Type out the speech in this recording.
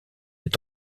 est